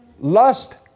Lust